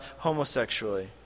homosexually